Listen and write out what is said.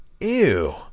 Ew